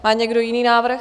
Má někdo jiný návrh?